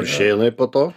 kuršėnai po to